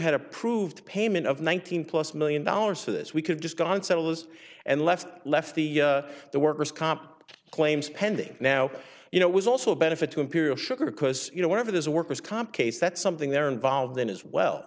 had approved payment of one thousand plus million dollars for this we could just gone sedulous and left left the the workers comp claims pending now you know it was also a benefit to imperial sugar because you know whenever there's a worker's comp case that's something they're involved in as well